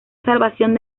salvación